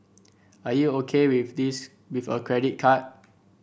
are you O K with this with a credit card